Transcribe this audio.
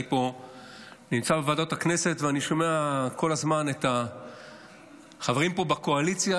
אני פה נמצא בוועדות הכנסת ואני שומע כל הזמן את החברים פה בקואליציה,